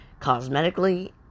Cosmetically